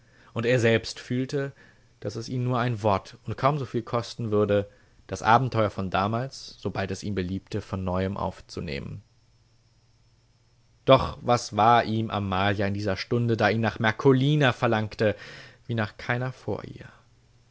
und er selbst fühlte daß es ihn nur ein wort und kaum so viel kosten würde das abenteuer von damals sobald es ihm beliebte von neuem aufzunehmen doch was war ihm amalia in dieser stunde da ihn nach marcolina verlangte wie nach keiner vor ihr